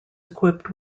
equipped